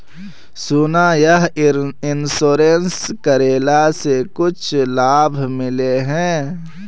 सोना यह इंश्योरेंस करेला से कुछ लाभ मिले है?